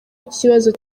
ikibazo